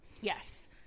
Yes